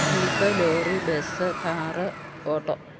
jeep lorry bus car auto